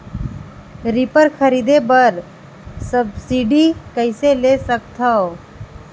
Reaper खरीदे बर subsidy कइसे ले सकथव?